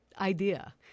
idea